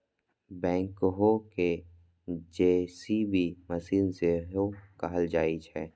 backhoe कें JCB machine सेहो कहल जाइ छै